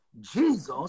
Jesus